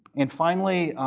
and finally,